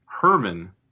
Herman